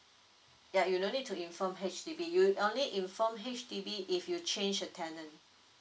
ya you don't need to inform H_D_B you only inform H_D_B if you change a tanent